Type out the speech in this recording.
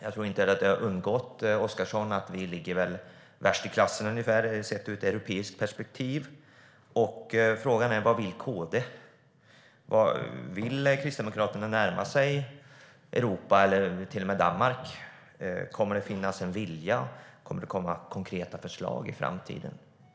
Jag tror inte att det undgått Oscarsson att vi är ungefär värst i klassen sett i ett europeiskt perspektiv. Frågan är vad KD vill. Vill Kristdemokraterna närma sig Europa, eller till och med Danmark? Kommer det att finnas en vilja? Kommer det konkreta förslag i framtiden?